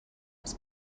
was